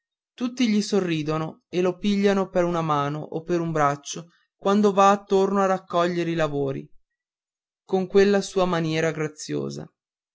tutti gli sorridono e lo pigliano per una mano o per un braccio quando va attorno a raccogliere i lavori con quella sua maniera graziosa